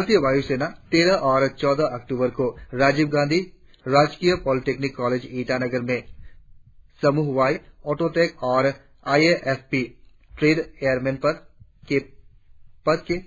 भारतीय वायू सेना तेरह और चौदह अक्टूबर को राजीव गांधी राजकीय पॉलिटेक्निक कॉलेज ईटानगर में समूह वाई ऑटो टेक और आई ए एफ पी व्यापारों में एयरमेन के पद के